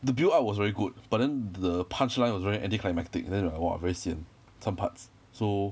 the build up was very good but then th~ the punchline was very anti climactic then I like !wah! very sian some parts so